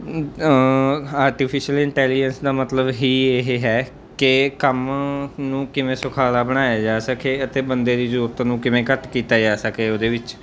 artificial intelligence ਦਾ ਮਤਲਬ ਹੀ ਇਹ ਹੈ ਕਿ ਕੰਮ ਨੂੰ ਕਿਵੇਂ ਸੁਖਾਲਾ ਬਣਾਇਆ ਜਾ ਸਕੇ ਅਤੇ ਬੰਦੇ ਦੀ ਜ਼ਰੂਰਤ ਨੂੰ ਕਿਵੇਂ ਘੱਟ ਕੀਤਾ ਜਾ ਸਕੇ ਉਹਦੇ ਵਿੱਚ